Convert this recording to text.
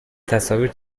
تصاویر